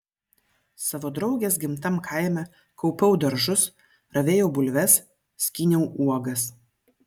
savo draugės gimtam kaime kaupiau daržus ravėjau bulves skyniau uogas